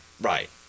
Right